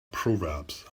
proverbs